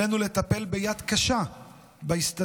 עלינו לטפל ביד קשה בהסתננות